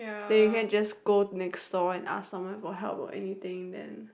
then you can't just go next door and ask someone for help or anything then